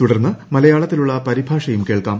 തുടർന്ന് മലയാളത്തിലുള്ള പരിഭാഷയും കേൾക്കാം